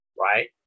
right